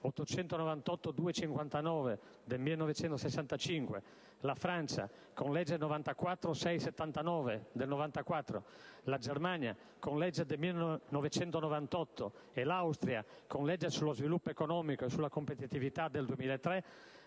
898-259 del 1965, la Francia con legge n. 94-679 del 1994, la Germania con legge del 1998 e l'Austria con legge sullo sviluppo economico e sulla competitività del 2003,